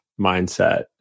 mindset